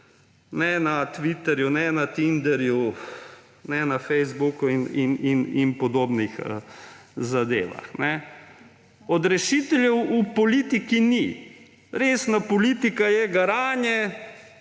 ne na Twitterju, ne na Tinderju, ne na Facebooku in podobnih zadevah. Odrešiteljev v politiki ni. Resna politika je garanje.